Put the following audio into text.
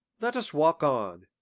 let us walk on,